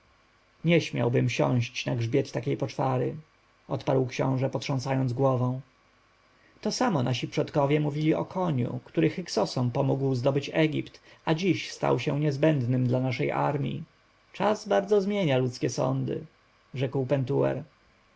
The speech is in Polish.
nie śmiałbym siąść na grzbiecie takiej poczwary odparł książę potrząsając głową to samo nasi przodkowie mówili o koniu który hyksosom pomógł zdobyć egipt a dziś stał się niezbędnym dla naszej armji czas bardzo zmienia ludzkie sądy rzekł pentuer